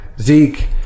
Zeke